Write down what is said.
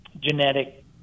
genetic